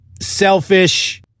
selfish